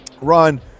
Ron